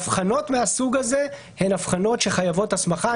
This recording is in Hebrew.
הבחנות מהסוג הזה הן הבחנות שחייבות הסמכה.